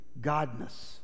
godness